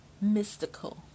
Mystical